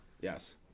Yes